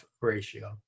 ratio